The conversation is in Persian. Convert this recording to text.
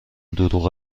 دروغ